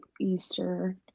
Easter